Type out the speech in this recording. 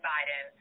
Biden